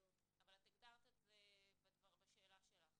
אבל את הגדרת את זה בשאלה שלך